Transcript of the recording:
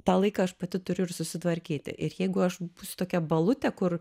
tą laiką aš pati turiu ir susitvarkyti ir jeigu aš būsiu tokia balutė kur